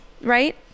Right